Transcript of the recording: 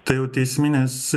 tai jau teisminės